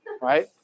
right